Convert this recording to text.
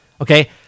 okay